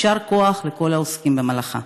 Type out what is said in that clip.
יישר כוח לכל העוסקים במלאכה.